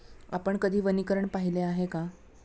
आपण कधी वनीकरण पाहिले आहे का?